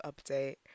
update